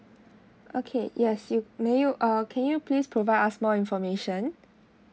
okay yes you may you uh can you please provide us more information